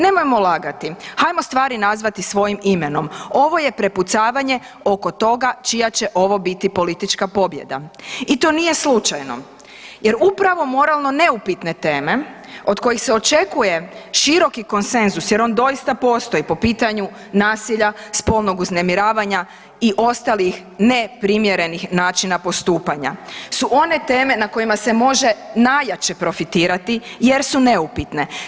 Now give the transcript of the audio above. Nemojmo lagati, hajmo stvari nazvati svojim imenom, ovo je prepucavanje oko toga čija će ovo biti politička pobjeda i to nije slučajno jer upravo moralno neupitne teme od kojih se očekuje široki konsenzus jer on doista postoji po pitanju nasilja, spolnog uznemiravanja i ostalih ne primjerenih načina postupanja su one teme na kojima se može najjače profitirati jer su neupitne.